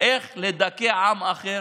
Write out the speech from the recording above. איך לדכא עם אחר